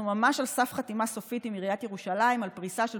אנחנו ממש על סף חתימה סופית עם עיריית ירושלים על פריסה של